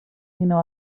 sinó